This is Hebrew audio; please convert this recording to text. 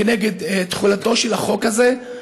נגד תחולתו של החוק הזה.